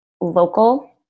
local